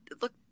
look